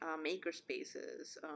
maker-spaces